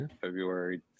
February